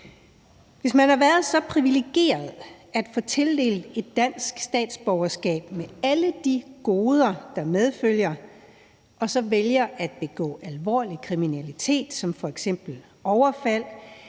Hvis man har været så privilegeret at få tildelt et dansk statsborgerskab med alle de goder, der medfølger, og så vælger at begå alvorlig kriminalitet, f.eks. overfald